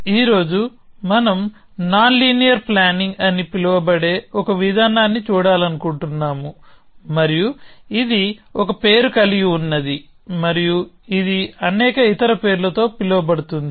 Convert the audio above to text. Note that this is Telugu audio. ఈ రోజు మనం నాన్ లీనియర్ ప్లానింగ్ అని పిలువబడే ఒక విధానాన్ని చూడాలనుకుంటున్నాము మరియు ఇది ఒక పేరు కలిగి ఉన్నది మరియు ఇది అనేక ఇతర పేర్లతో పిలువబడుతుంది